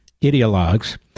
ideologues